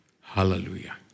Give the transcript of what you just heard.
Hallelujah